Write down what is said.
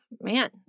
man